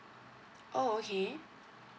oh okay